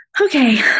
Okay